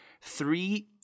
three